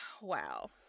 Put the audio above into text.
wow